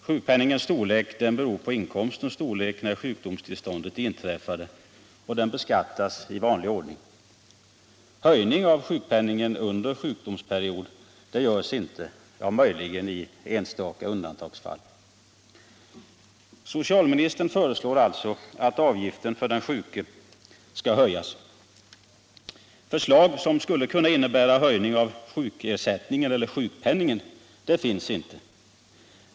Sjukpenningens storlek beror på inkomstens storlek när sjukdomstillståndet inträffade, och sjukpenningen beskattas i vanlig ordning. Höjning av sjukpenningen under sjukdomsperioden görs inte annat än möjligen i enstaka undantagsfall. Socialministern föreslår alltså att den avgift som den sjuke har att betala skall höjas. Något förslag som skulle kunna innebära en höjning av sjukpenningen finns inte.